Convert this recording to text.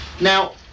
Now